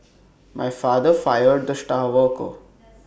my father fired the star worker